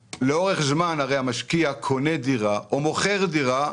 הרי המשקיע קונה דירה או מוכר דירה,